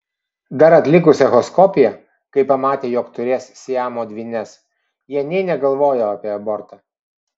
dar atlikus echoskopiją kai pamatė jog turės siamo dvynes jie nė negalvojo apie abortą